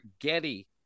Getty